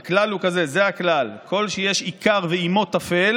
אז הכלל הוא כזה: כל שיש עיקר ועימו טפל